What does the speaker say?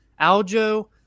Aljo